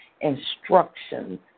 instructions